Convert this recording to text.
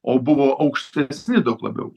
o buvo aukštesni daug labiau